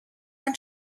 when